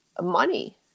money